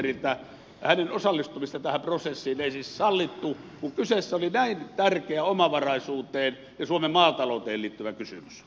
hänen osallistumistaan tähän prosessiin ei siis sallittu kun kyseessä oli näin tärkeä omavaraisuuteen ja suomen maatalouteen liittyvä kysymys